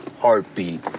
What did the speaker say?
heartbeat